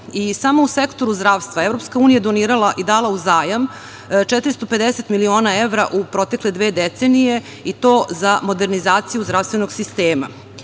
u sektoru zdravstva EU je donirala i dala u zajam 450 miliona evra u protekle dve decenije, i to za modernizaciju zdravstvenog sistema.